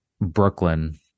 Brooklyn